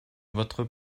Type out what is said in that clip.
votre